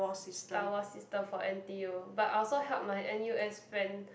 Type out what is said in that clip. star wars system for N_T_U but I also help my N_U_S friend